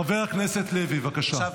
--- חבר הכנסת לוי, בבקשה.